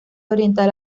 oriental